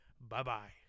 Bye-bye